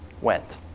went